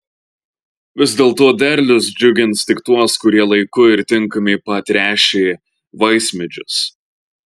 vis dėlto derlius džiugins tik tuos kurie laiku ir tinkamai patręšė vaismedžius